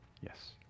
Yes